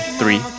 three